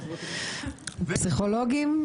פסיכולוגים,